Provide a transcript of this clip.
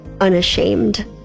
unashamed